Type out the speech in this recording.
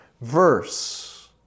verse